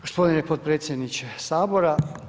Gospodine potpredsjedniče Sabora.